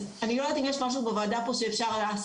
אז אני לא יודעת אם יש משהו בוועדה פה שאפשר לעשות